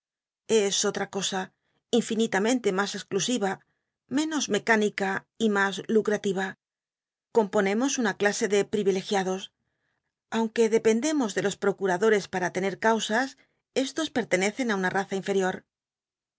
es otra cosa inllnitamcnlc mas exclusiva menos mec inica y mas lucratiya componemos una clase de privilegiados aunque dependemos de los procutadoi'cs para tener causas estos pertenecen i una raza inferior